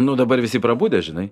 nu dabar visi prabudę žinai